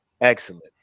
Excellent